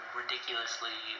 ridiculously